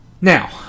Now